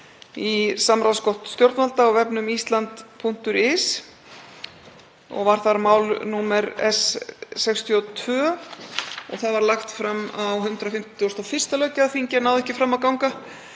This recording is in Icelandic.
í samráðsgátt stjórnvalda á vefnum island.is, og var þar mál númer S62. Það var lagt fram á 151. löggjafarþingi en náði ekki fram að ganga.